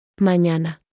Mañana